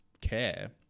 care